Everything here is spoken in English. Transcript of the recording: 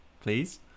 please